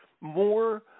more